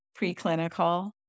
preclinical